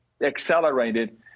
accelerated